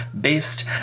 based